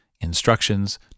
instructions